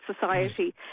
society